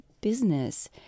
business